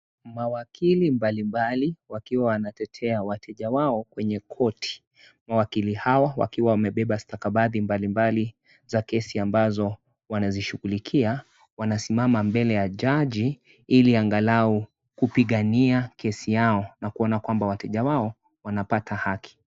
Mawakili mbalimbali wakiwa wanatetea wateja wao kwenye koti. Mawakili hawa wakiwa wamebeba stakabadhi mbalimbali za kesi ambazo wanazishughulikia, wanasimama mbele ya jaji ili angalau kupigania kesi yao na kuona kwamba wateja wao wanapata haki.